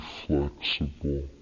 flexible